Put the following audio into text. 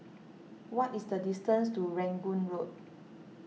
what is the distance to Rangoon Road